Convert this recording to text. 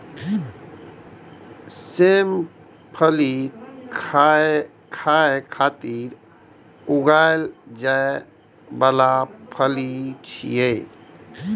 सेम फली खाय खातिर उगाएल जाइ बला फली छियै